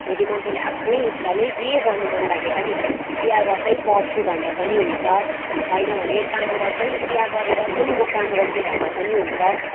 छोरी मान्छेले आफ्नै इच्छाले जे गर्नु मन लागे पनि बिहा गर्दै पढ्छु भन्दा पनि हुन्छ होइन भने काम गर्दै बिहा गरेर पनि म काम गर्छु भन्दा पनि हुन्छ